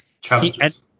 challenges